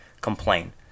complain